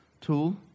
Tool